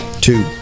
two